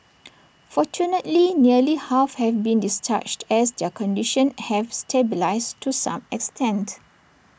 fortunately nearly half have been discharged as their condition have stabilised to some extent